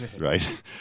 right